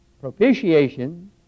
propitiation